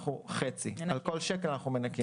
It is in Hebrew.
על כל שקל אנחנו מנכים חצי.